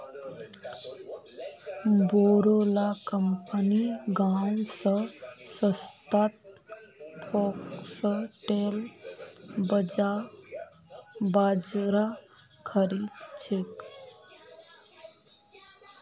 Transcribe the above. बोरो ला कंपनि गांव स सस्तात फॉक्सटेल बाजरा खरीद छेक